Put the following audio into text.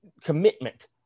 commitment